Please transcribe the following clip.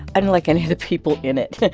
and like any of the people in it.